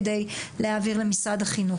כדי להעביר למשרד החינוך.